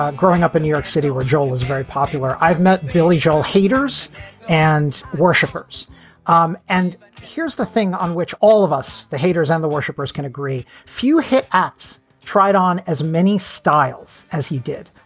ah growing up in new york city, where joel was very popular, i've met billy joel haters and worshipers um and here's the thing on which all of us, the haters and the worshipers, can agree. few hit ups tried on as many styles as he did.